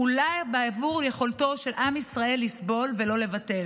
אולי בעבור יכולתו של עם ישראל לסבול ולא לוותר,